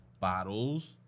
bottles